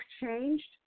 changed